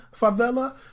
favela